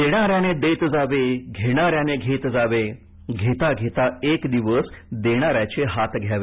देणाऱ्याने देत जावे घेणाऱ्याने घेत जावे घेता घेता एक दिवस देणाऱ्याचे हात घ्यावे